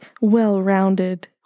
Well-rounded